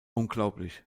unglaublich